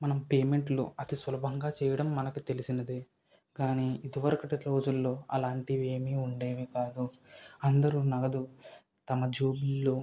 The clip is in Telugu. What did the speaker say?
మనము పేమెంట్లు అతి సులభంగా చేయడం మనకు తెలిసినదే కాని ఇదివరకటి రోజుల్లో అలాంటివి ఏవి ఉండేవికాదు అందరూ నగదు తమ జేబుల్లో